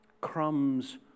Crumbs